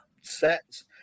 sets